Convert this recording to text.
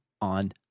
on